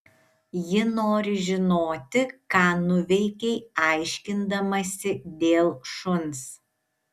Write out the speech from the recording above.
ji nori žinoti ką nuveikei aiškindamasi dėl šuns